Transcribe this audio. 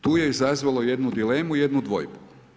tu je izazvalo jednu dilemu, jednu dvojbu.